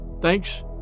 Thanks